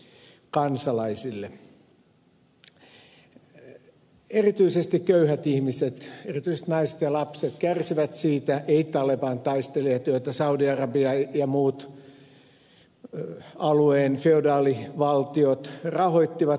erityisesti köyhät ihmiset erityisesti naiset ja lapset kärsivät siitä eivät taleban taistelijat joita saudi arabia ja muut alueen feodaalivaltiot rahoittivat edelleenkin